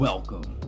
Welcome